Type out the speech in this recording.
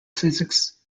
physics